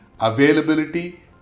availability